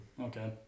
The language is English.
Okay